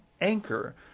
anchor